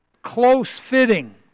close-fitting